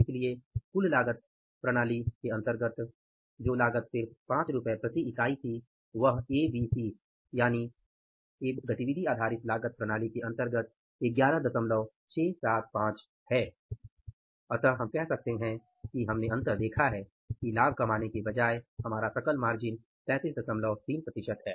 इसलिए हमने अंतर देखा है कि लाभ कमाने के बजाय हमारा सकल मार्जिन 333 प्रतिशत है